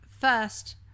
first